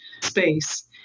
space